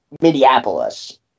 Minneapolis